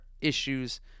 issues